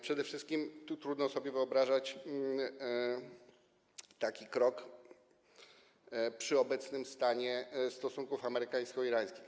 Przede wszystkim trudno sobie wyobrażać taki krok przy obecnym stanie stosunków amerykańsko-irańskich.